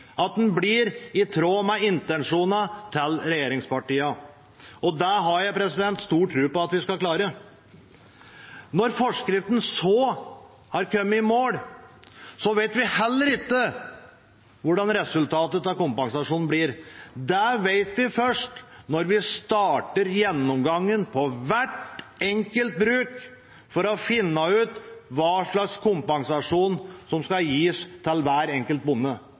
at den blir i tråd med intensjonene til regjeringspartiene. Det har jeg stor tro på at vi skal klare. Når forskriften så har kommet i mål, vet vi heller ikke hvordan resultatet av kompensasjonen blir. Det vet vi først når vi starter gjennomgangen av hvert enkelt bruk for å finne ut hva slags kompensasjon som skal gis til hver enkelt bonde.